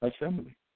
assembly